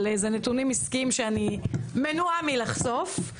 אבל זה נתונים עסקיים שאני מנועה מלחשוף.